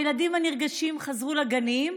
הילדים הנרגשים חזרו לגנים,